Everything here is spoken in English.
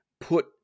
put